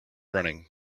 running